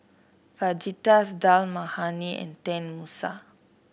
Fajitas Dal Makhani and Tenmusu